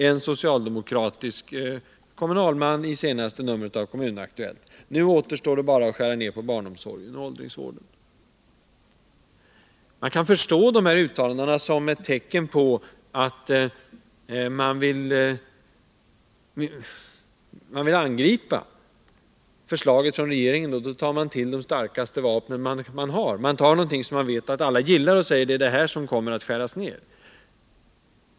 En socialdemokratisk kommunalman säger i senaste numret av Kommun Aktuellt: ”Nu återstår bara att skära ned på barnomsorgen och åldringsvården.” Jag kan förstå dessa uttalanden såsom ett tecken på att man vill angripa förslaget från regeringen. Då tar man till de starkaste vapen man har. Man tar någonting som man vet att alla gillar och säger: Detta kommer att skäras ned.